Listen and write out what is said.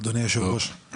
אדוני היושב-ראש,